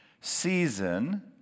season